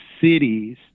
cities